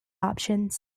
options